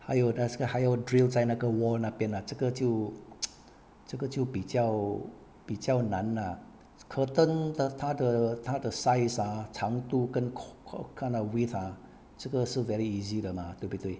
还有它这个还要 drill 在那个 wall 那边 ah 这个就 这个就比较比较难 ah curtain 的它的它的 size ah 长度跟 kwa~ 看那 width ah 这个是 very easy 的吗对不对